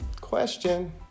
Question